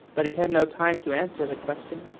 but he had no time to answer the question,